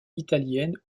italiennes